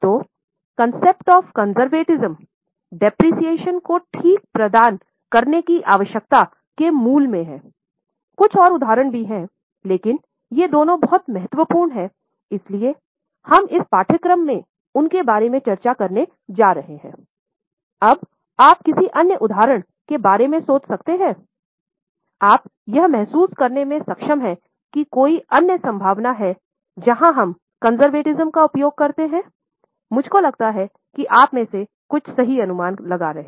तो रूढ़िवाद की अवधारणा का उपयोग करते हैं मुझको लगता है कि आप में से कुछ सही अनुमान लगा रहे हैं